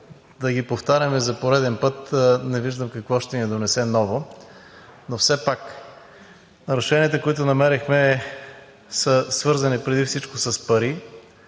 да ги повтаряме за пореден път не виждам какво ще ни донесе ново. Но все пак нарушенията, които намерихме, са свързани преди всичко с пари,